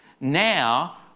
Now